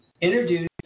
Introduce